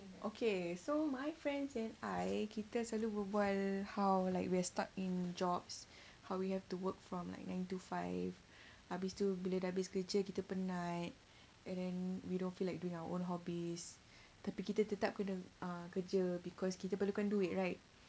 okay so my friends and I kita selalu berbual how like we're stuck in jobs how we have to work from like nine to five habis tu bila dah habis kerja kita penat and then we don't feel like doing our own hobbies tapi kita tetap couldn't kerja because kita perlukan duit right